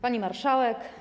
Pani Marszałek!